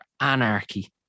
anarchy